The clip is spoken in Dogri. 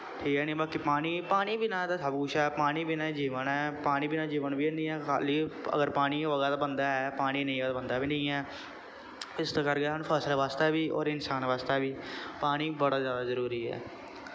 ठीक ऐ निं बाकी पानी पानी बिना ते सब कुछ ऐ पानी बिना जीवन ऐ पानी बिना जीवन बी निं ऐ खा'ल्ली अगर पानी होएगा ते बंदा ऐ पानी नेईं होग ते बंदा बी निं ऐ इस करके सानूं फसल बास्तै बी होर इंसान बास्तै बी पानी बड़ा जादा जरूरी ऐ